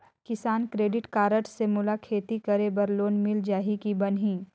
किसान credit card से मोला खेती करे बर लोन मिल जाहि की बनही??